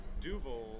Duval